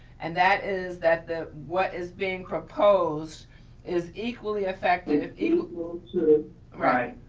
and that is that the what is being proposed is equally effective is equal to right,